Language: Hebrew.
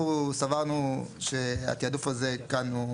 אנחנו סברנו שהתעדוף הזה כאן הוא